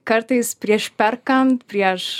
kartais prieš perkant prieš